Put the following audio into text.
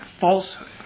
falsehood